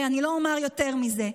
אני לא אומר יותר מזה,